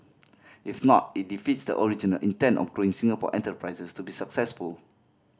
if not it defeats the original intent of growing Singapore enterprises to be successful